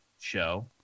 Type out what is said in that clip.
show